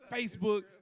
Facebook